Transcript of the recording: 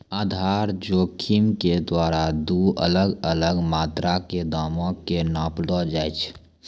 आधार जोखिम के द्वारा दु अलग अलग मात्रा के दामो के नापलो जाय छै